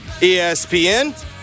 espn